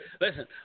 listen